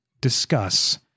discuss